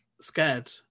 scared